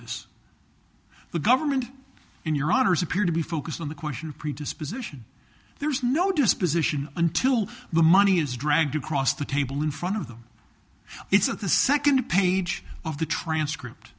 this the government in your honour's appear to be focused on the question of predisposition there is no disposition until the money is dragged across the table in front of them isn't the second page of the transcript